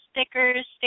stickers